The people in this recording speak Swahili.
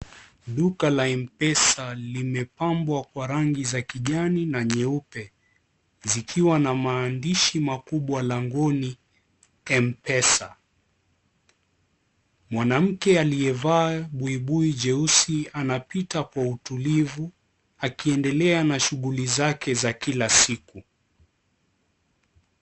Duka la Mpesa limepambwa kwa rangi za kijani na nyeupe zikiwa namaandishi makubwa langoni ya Mpesa, mwanamke aliyevaa buibui jeusi anapita kwa utulivu akiendelea na shuguli zake za kila siku.